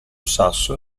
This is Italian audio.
sasso